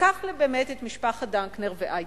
ניקח את משפחה דנקנר ו"איי.די.בי".